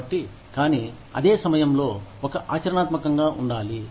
కాబట్టి కానీ అదే సమయంలో ఒక ఆచరణాత్మకంగా ఉండాలి